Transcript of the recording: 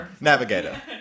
Navigator